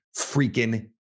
freaking